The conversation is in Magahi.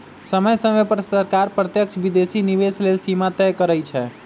समय समय पर सरकार प्रत्यक्ष विदेशी निवेश लेल सीमा तय करइ छै